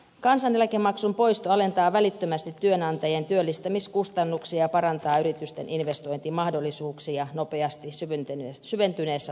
kansaneläkemaksun poisto alentaa välittömästi työnantajien työllistämiskustannuksia ja parantaa yritysten investointimahdollisuuksia nopeasti syventyneessä taantumassa